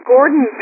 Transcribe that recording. Gordon